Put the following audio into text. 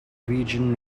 region